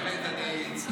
באמת, אני צמרמורות.